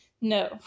no